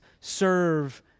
serve